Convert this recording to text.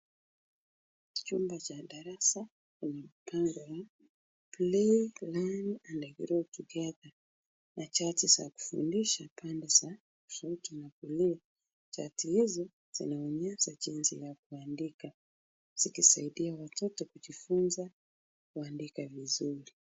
Chumba cha darasa lenye bango la, play, learn and grow together na chati za kufundisha pande za kushoto na kulia. Chati hizi zinaonyesha jinsi ya kuandika, zikisaidia watoto kujifunza kuandika vizuri.